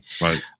right